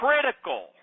critical